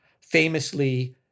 famously